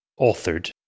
authored